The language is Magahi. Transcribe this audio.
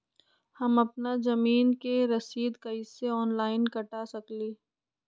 हम अपना जमीन के रसीद कईसे ऑनलाइन कटा सकिले?